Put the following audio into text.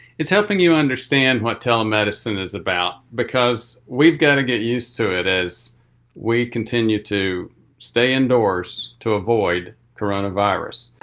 it's helping you understand what telemedicine is about because we've got to get used to it as we continue to stay indoors to avoid coronavirus.